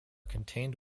contained